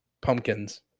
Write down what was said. pumpkins